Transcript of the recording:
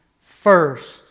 first